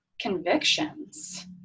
convictions